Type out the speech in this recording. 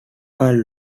are